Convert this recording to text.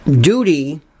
duty